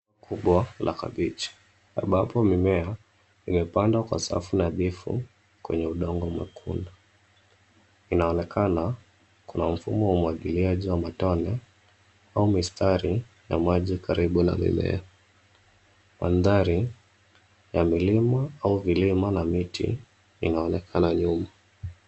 Ukubwa la kabichi, ambapo mimea imepandwa kwa safu nadhifu kwenye udongo mwekundu. Inaonekana kuna mfumo wa umwagiliaji wa matone au mistari na maji karibu na mimea. Mandhari ya milima na miti inaonekana nyuma.